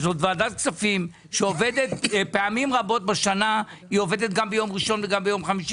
וזאת ועדת כספים שעובדת פעמים רבות בשנה גם ביום ראשון וגם ביום חמישי,